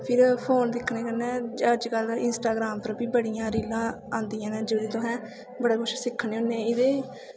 फिर फोन दिक्खने कन्नै अजकल्ल इंस्टाग्राम पर बी बड़ियां रीलां आंदियां नै जेह्ड़ियां तुसैं बड़ा कुछ सिक्खने होन्नें